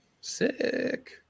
Sick